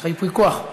יש לך ייפוי כוח.